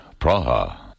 Praha